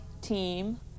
team